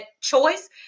choice